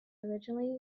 originally